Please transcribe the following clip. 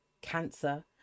Cancer